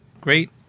great